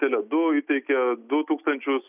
tele du įteikė du tūkstančius